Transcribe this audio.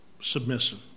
Submissive